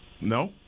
No